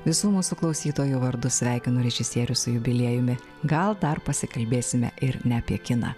visų mūsų klausytojų vardu sveikinu režisierių su jubiliejumi gal dar pasikalbėsime ir ne apie kiną